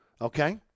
okay